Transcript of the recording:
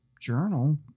journal